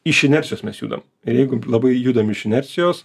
iš inercijos mes judam ir jeigu labai judam iš inercijos